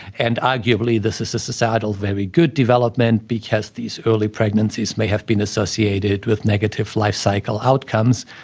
and arguably this is a societal, very good development because these early pregnancies may have been associated with negative life cycle outcomes.